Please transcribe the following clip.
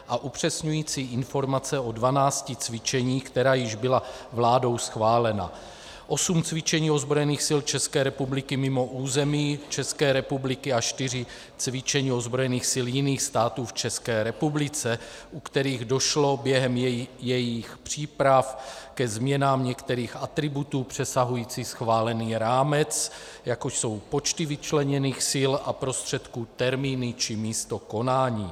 a upřesňující informace o dvanácti cvičeních, která již byla vládou schválena: osm cvičení ozbrojených sil České republiky mimo území České republiky a čtyři cvičení ozbrojených sil jiných států v České republice, u kterých došlo během jejich připrav ke změnám některých atributů přesahující schválený rámec, jako jsou počty vyčleněných sil a prostředků, termíny či místo konání.